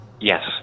Yes